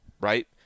right